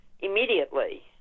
immediately